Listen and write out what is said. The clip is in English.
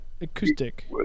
acoustic